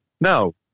No